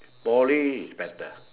Poly is better